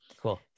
Cool